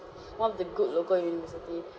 one of the good local university